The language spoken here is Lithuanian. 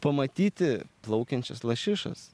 pamatyti plaukiančias lašišas